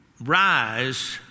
rise